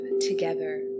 together